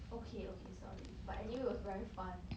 okay okay sorry but anyway it was very fun